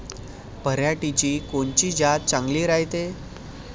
पऱ्हाटीची कोनची जात चांगली रायते?